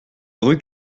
rue